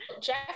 Jeff